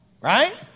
Right